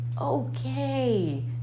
Okay